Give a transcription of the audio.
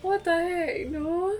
what the heck no